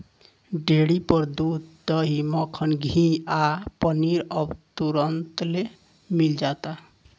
dairy पर दूध, दही, मक्खन, घीव आ पनीर अब तुरंतले मिल जाता